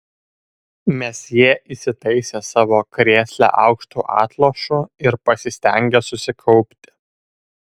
mesjė įsitaisė savo krėsle aukštu atlošu ir pasistengė susikaupti